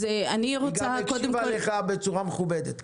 היא גם הקשיבה לך בצורה מכובדת.